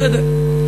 בסדר.